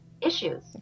issues